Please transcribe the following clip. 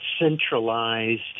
centralized